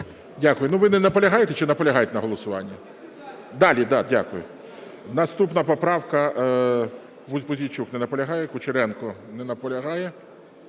Дякую. Ви не наполягаєте чи наполягаєте на голосуванні? Далі, да, дякую. Наступна поправка, Пузійчук. Не наполягає. Кучеренко. Не наполягає.